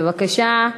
בבקשה.